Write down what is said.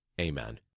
amen